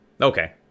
Okay